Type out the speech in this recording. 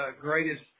greatest